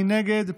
מי נגד?